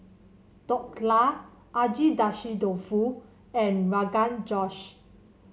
Dhokla Agedashi Dofu and Rogan Josh